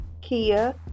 Kia